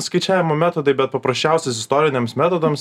skaičiavimo metodai bet paprasčiausias istoriniams metodams